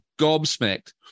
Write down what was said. gobsmacked